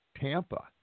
Tampa